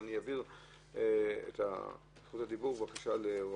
אני אעביר את זכות הדיבור לדני, בבקשה.